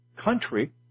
country